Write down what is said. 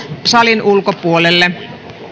salin ulkopuolelle